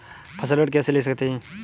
फसल ऋण कैसे ले सकते हैं?